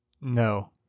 No